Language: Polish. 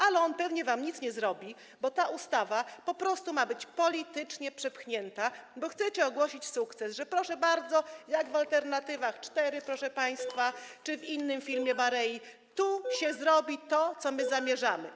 Ale on pewnie wam nic nie zrobi, bo ta ustawa po prostu ma być politycznie przepchnięta, gdyż chcecie ogłosić sukces, powiedzieć: proszę bardzo - jak w serialu „Alternatywy 4”, proszę państwa, czy w innym filmie Barei - tu się zrobi to, co my zamierzamy.